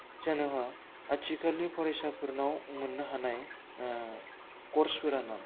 आथिखालनि फरायसाफोरनाव मोननो हानाय कर्सफोरानो